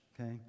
okay